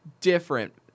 different